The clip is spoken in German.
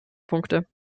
punkte